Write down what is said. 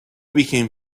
became